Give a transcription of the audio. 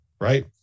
right